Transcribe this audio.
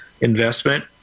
investment